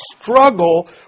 struggle